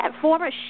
former